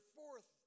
fourth